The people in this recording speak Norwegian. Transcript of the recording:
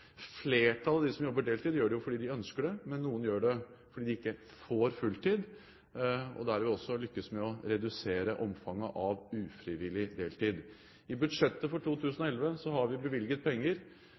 Flertallet av dem som jobber deltid, gjør det jo fordi de ønsker det, men noen gjør det fordi de ikke får fulltids arbeid. Der har vi også lyktes med å redusere omfanget av ufrivillig deltid. I budsjettet for